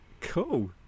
Cool